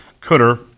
cutter